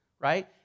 right